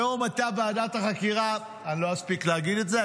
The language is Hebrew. היום הייתה ועדת החקירה, לא אספיק להגיד את זה.